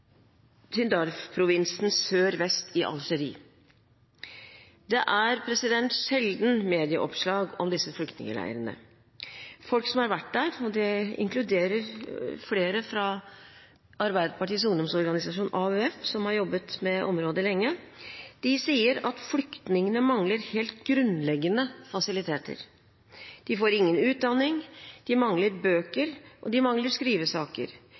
i Algerie. Det er sjelden medieoppslag om disse flyktningleirene. Folk som har vært der – inkludert flere fra Arbeiderpartiets ungdomsorganisasjon, AUF, som har jobbet med området lenge – sier at flyktningene mangler helt grunnleggende fasiliteter. De får ingen utdanning, de mangler bøker, og de mangler skrivesaker.